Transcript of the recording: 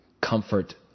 comfort